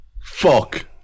Fuck